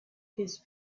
his